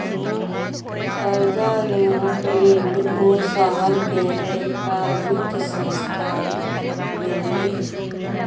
करजा लेबाक लेल ओ शहर केर एकटा वित्त संस्थान गेलनि